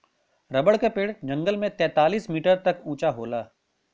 rubber क पेड़ जंगल में तैंतालीस मीटर तक उंचा होला